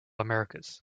americas